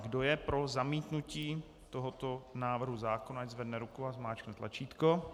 Kdo je pro zamítnutí tohoto návrhu zákona, ať zvedne ruku a zmáčkne tlačítko.